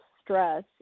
stress